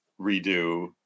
redo